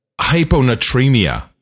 hyponatremia